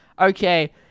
okay